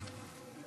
ההצעה להעביר את